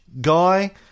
guy